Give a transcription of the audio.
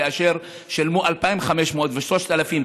כאשר שילמו 2,500 ו-3,000,